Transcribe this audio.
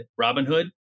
Robinhood